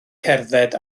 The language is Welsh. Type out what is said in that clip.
cerdded